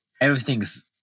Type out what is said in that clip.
everything's